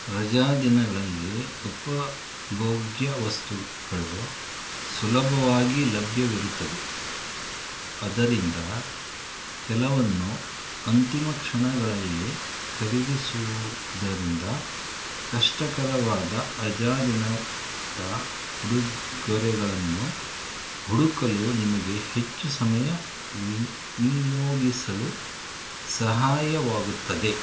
ರಜಾದಿನಗಳಲ್ಲಿ ಉಪಭೋಗ್ಯ ವಸ್ತುಗಳು ಸುಲಭವಾಗಿ ಲಭ್ಯವಿರುತ್ತದೆ ಆದ್ದರಿಂದ ಕೆಲವನ್ನು ಅಂತಿಮ ಕ್ಷಣಗಳಲ್ಲಿ ಖರೀದಿಸೋದರಿಂದ ಕಷ್ಟಕರವಾದ ರಜಾದಿನದ ಉಡುಗೊರೆಗಳನ್ನು ಹುಡುಕಲು ನಿಮಗೆ ಹಚ್ಚು ಸಮಯ ವಿನಿಯೋಗಿಸಲು ಸಹಾಯವಾಗುತ್ತದೆ